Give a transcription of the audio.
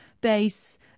bass